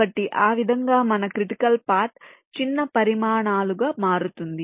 కాబట్టి ఆ విధంగా మన క్రిటికల్ పాత్ చిన్న పరిమాణాలుగా మారుతుంది